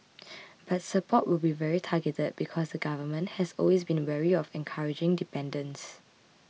but support will be very targeted because the Government has always been wary of encouraging dependence